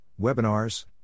webinars